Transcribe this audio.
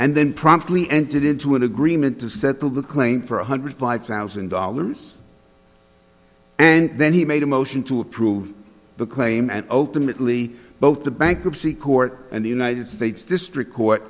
and then promptly entered into an agreement to settle the claim for one hundred five thousand dollars and then he made a motion to approve the claim and ultimately both the bankruptcy court and the united states district court